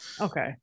Okay